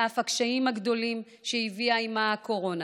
על אף הקשיים הגדולים שהביאה עימה הקורונה